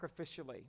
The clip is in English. sacrificially